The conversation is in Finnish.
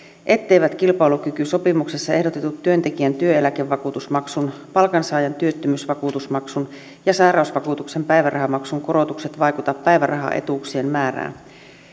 etteivät kilpailukykysopimuksessa ehdotetut työntekijän työeläkevakuutusmaksun palkansaajan työttömyysvakuutusmaksun ja sairausvakuutuksen päivärahamaksun korotukset vaikuta päivärahaetuuksien määrään